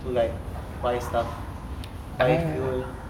to like buy stuff buy fuel